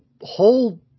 whole